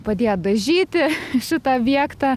padėjo dažyti šitą objektą